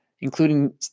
including